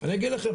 אני אגיד לכם,